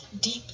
deep